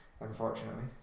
Unfortunately